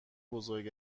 بزرگ